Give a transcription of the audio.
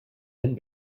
and